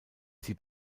sie